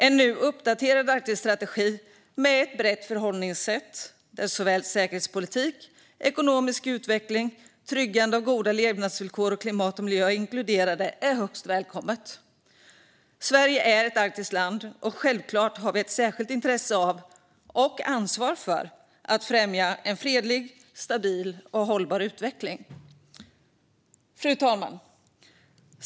En nu uppdaterad Arktisstrategi med ett brett förhållningssätt där såväl säkerhetspolitik och ekonomisk utveckling som tryggande av goda levnadsvillkor och klimat och miljö är inkluderade är högst välkommen. Sverige är ett arktiskt land, och självklart har vi ett särskilt intresse av och ansvar för att främja en fredlig, stabil och hållbar utveckling. Fru talman!